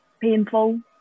painful